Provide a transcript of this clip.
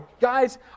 Guys